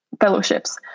fellowships